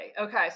Okay